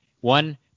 One